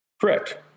Correct